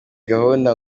gahunda